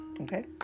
Okay